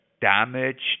damaged